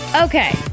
Okay